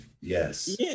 Yes